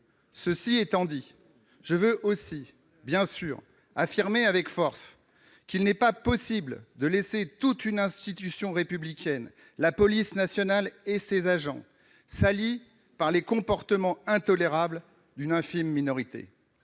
Cela étant, je veux aussi, bien sûr, affirmer avec force qu'il n'est pas possible de laisser toute une institution républicaine- la police nationale et ses agents -salie par les comportements intolérables d'une infime minorité.